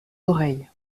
oreilles